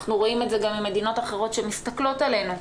אנחנו רואים את זה גם ממדינות אחרות שמסתכלות עלינו,